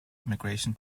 immigration